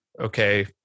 okay